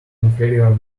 inferior